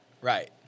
Right